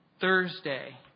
Thursday